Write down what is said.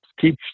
keep